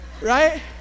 right